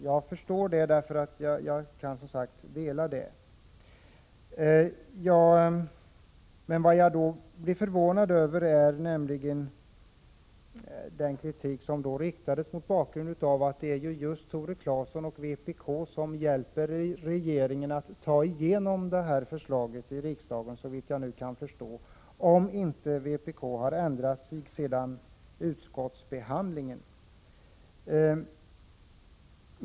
Jag förstår honom och kan alltså dela hans uppfattning. Med tanke på denna hans kritik förvånar det mig dock att just Tore Claeson och vpk såvitt jag kan förstå hjälper regeringen att få igenom detta förslag i riksdagen, om nu inte vpk har ändrat sig efter utskottsbehandlingen.